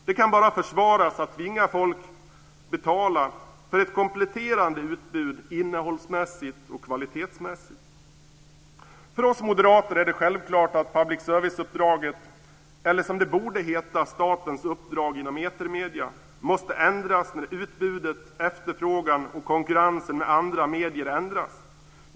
Det kan bara försvaras att tvinga folk att betala för ett kompletterande utbud innehållsmässigt och kvalitetsmässigt. För oss moderater är det självklart att public service-uppdraget eller, som det borde heta, statens uppdrag inom etermedier, måste ändras när utbudet, efterfrågan och konkurrensen med andra medier ändras.